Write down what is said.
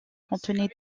contenait